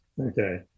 Okay